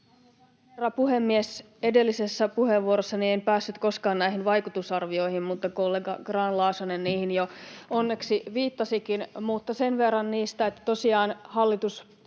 puhemies! Edellisessä puheenvuorossani en päässyt koskaan näihin vaikutusarvioihin, mutta kollega Grahn-Laasonen niihin jo onneksi viittasikin. Mutta sen verran niistä, että tosiaan hallitus